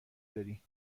داری